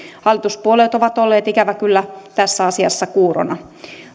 hallituspuolueet ovat olleet ikävä kyllä tässä asiassa kuuroina